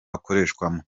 akoreshwamo